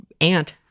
ant